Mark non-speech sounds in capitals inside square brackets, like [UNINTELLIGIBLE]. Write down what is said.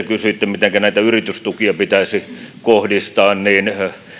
[UNINTELLIGIBLE] kysyitte mitenkä näitä yritystukia pitäisi kohdistaa niin